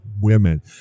women